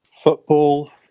Football